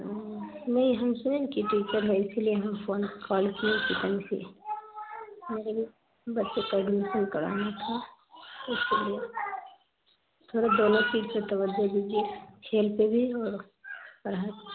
نہیں ہم سنیں نا کہ ٹیچر ہے اسی لیے ہم فون کال کیے میرے بھی بچے کا ایڈمیشن کرانا تھا اس کے لیے تھوڑا دونوں چیز پہ توجہ دیجیے کھیل پہ بھی اور پڑھائی